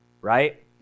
right